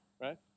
right